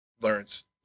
learns